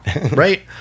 Right